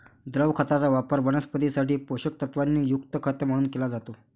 द्रव खताचा वापर वनस्पतीं साठी पोषक तत्वांनी युक्त खत म्हणून केला जातो